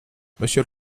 monsieur